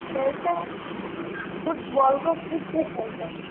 खेलते हैं फुटबॉल को कूद के खेलते हैं